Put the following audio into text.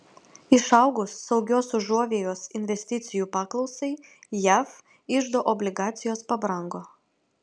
išaugus saugios užuovėjos investicijų paklausai jav iždo obligacijos pabrango